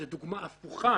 זו דוגמה הפוכה